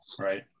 Right